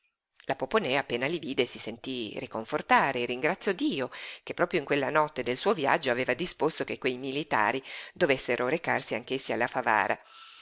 la poponè appena li vide si sentí riconfortare e ringraziò dio che proprio in quella notte del suo viaggio aveva disposto che quei militari dovessero recarsi anch'essi alla favara